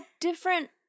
different –